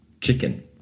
chicken